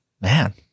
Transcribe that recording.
man